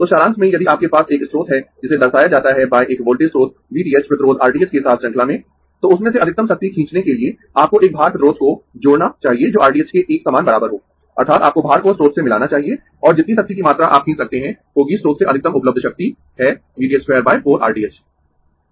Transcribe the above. तो सारांश में यदि आपके पास एक स्रोत है जिसे दर्शाया जाता है एक वोल्टेज स्रोत V t h प्रतिरोध R t h के साथ श्रृंखला में तो उसमें से अधिकतम शक्ति खींचने के लिए आपको एक भार प्रतिरोध को जोड़ना चाहिए जो R t h के एक समान बराबर हो अर्थात् आपको भार को स्रोत से मिलाना चाहिए और जितनी शक्ति की मात्रा आप खींच सकते है होगी स्रोत से अधिकतम उपलब्ध शक्ति है V t h 2 4 R t h